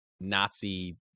Nazi